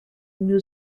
new